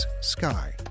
Sky